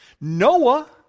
Noah